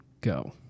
Go